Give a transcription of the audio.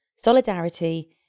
solidarity